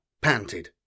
panted